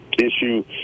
issue